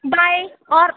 bye और